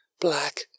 Black